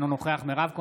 אינו נוכח מירב כהן,